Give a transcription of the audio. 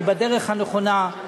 היא בדרך הנכונה.